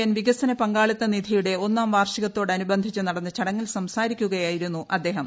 N വികസന പങ്കാളിത്ത നിധിയുടെ ഒന്നാം വാർഷികത്തോടനുബന്ധിച്ച് നടന്ന ചടങ്ങിൽ സംസാരിക്കുകയായിരുന്നു അദ്ദേഹം